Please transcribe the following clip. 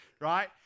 right